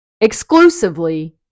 exclusively